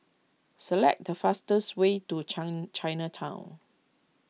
select the fastest way to Chinatown